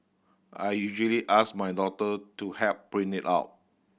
I usually ask my daughter to help print it out